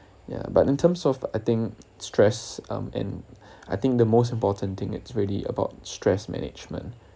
ya but in terms of I think stress um and I think the most important thing it's really about stress management